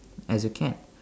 as you can